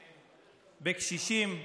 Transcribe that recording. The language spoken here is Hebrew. בקשישים,